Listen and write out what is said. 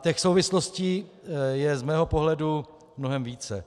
Těch souvislostí je z mého pohledu mnohem více.